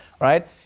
right